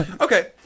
Okay